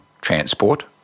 transport